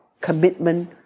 commitment